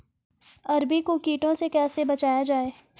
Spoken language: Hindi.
अरबी को कीटों से कैसे बचाया जाए?